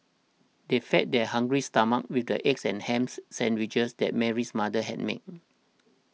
they fed their hungry stomachs with the egg and ham sandwiches that Mary's mother had made